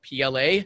PLA